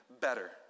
better